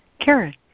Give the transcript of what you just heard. Karen